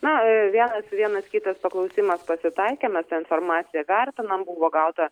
na vienas vienas kitas paklausimas pasitaikė mes tą informaciją vertinam buvo gauta